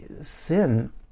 sin